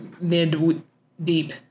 mid-deep